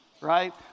right